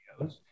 videos